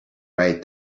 right